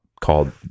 called